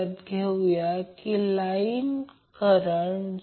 आणि Y ∆ transformation किंवा ∆ Y transformation